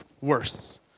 worse